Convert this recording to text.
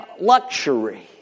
luxury